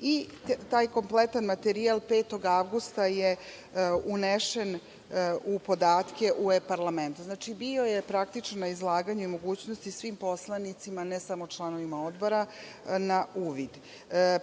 i taj kompletan materijal 5. avgusta je unesen u podatke u e-parlament. Znači, bio je praktično na izlaganju i mogućnosti svim poslanicima, ne samo članovima Odbora, na uvid.